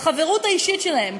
בחברות האישית שלהם,